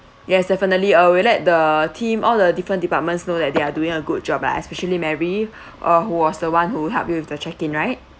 yes definitely I will let the team all the different departments know that they are doing a good job lah especially mary uh who was the one who help you with the check in right